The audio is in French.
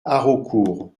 haraucourt